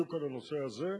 בדיוק על הנושא הזה.